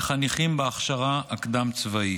וחניכים בהכשרה הקדם-צבאית.